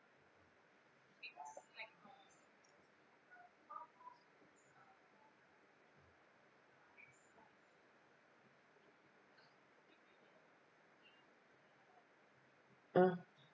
mm